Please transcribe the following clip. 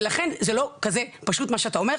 ולכן זה לא כזה פשוט מה שאתה אומר.